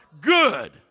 good